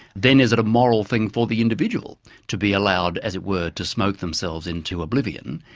then is it a moral thing for the individual to be allowed, as it were, to smoke themselves into oblivion.